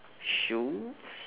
shoes